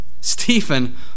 Stephen